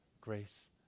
grace